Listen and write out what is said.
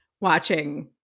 watching